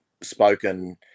spoken